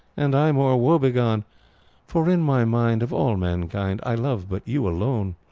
and i more wo-begone for, in my mind, of all mankind i love but you alone.